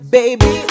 Baby